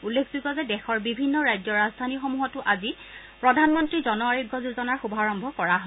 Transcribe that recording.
উল্লেখযোগ্য যে দেশৰ বিভিন্ন ৰাজ্যৰ ৰাজধানীসমূহতো আজি প্ৰধানমন্ত্ৰী জন আৰোগ্য যোজনাৰ শুভাৰম্ভ কৰা হয়